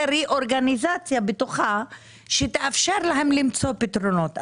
רי-אורגניזציה בתוכה שתאפשר להם למצוא פתרונות.